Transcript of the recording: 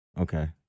Okay